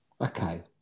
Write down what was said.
Okay